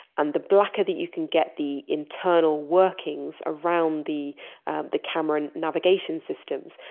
and the blacker that you can get the internal workings around the the cameron navigation systems,